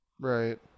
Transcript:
Right